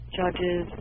judges